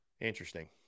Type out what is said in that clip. interesting